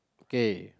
K